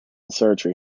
surgery